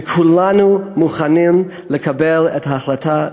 וכולנו מוכנים לקבל את ההחלטה,